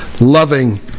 loving